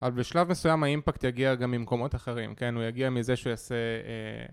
אז בשלב מסוים האימפקט יגיע גם ממקומות אחרים כן הוא יגיע מזה שהוא יעשה